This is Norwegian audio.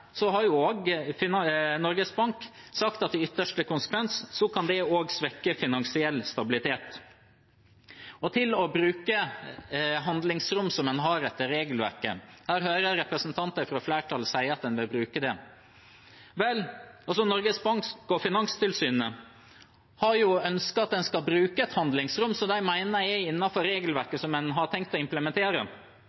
svekke finansiell stabilitet. Og når det gjelder det å bruke handlingsrom, som en har etter regelverket: Her hører jeg representanter fra flertallet si at en bør bruke det. Vel, Norges Bank og Finanstilsynet har jo ønsket at en skal bruke et handlingsrom som de mener er